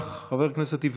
חבר הכנסת יואב גלנט,